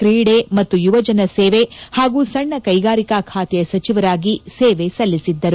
ಕ್ರೀಡೆ ಮತ್ತು ಯುವಜನ ಸೇವೆ ಹಾಗೂ ಸಣ್ಣ ಕೈಗಾರಿಕಾ ಖಾತೆಯ ಸಚಿವರಾಗಿ ಸೇವೆ ಸಲ್ಲಿಸಿದ್ದರು